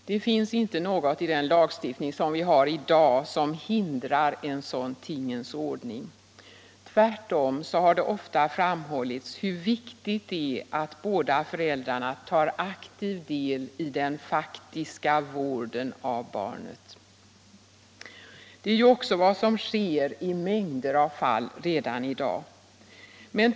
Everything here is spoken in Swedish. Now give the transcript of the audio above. Det finns inte något i den lagstiftning som vi har i dag som hindrar en sådan tingens ordning. Tvärtom har det ofta framhållits hur viktigt det är att båda föräldrarna tar aktiv del i den faktiska vården av barnet. Det är ju också vad som sker i många fall redan i dag.